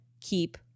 keep